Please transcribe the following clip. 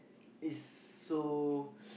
is so